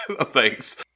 Thanks